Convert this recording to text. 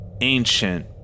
ancient